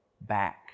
back